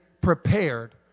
prepared